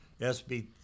SB